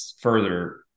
further